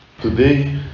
Today